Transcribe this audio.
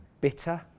bitter